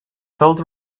felt